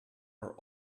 are